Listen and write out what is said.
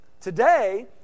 Today